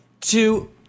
two